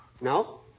No